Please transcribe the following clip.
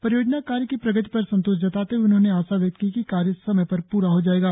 परियोजना कार्य की प्रगति पर संतोष जताते हुए उन्होंने आशा व्यक्त कि की कार्य समय पर पूरा हो जाएगा